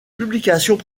publications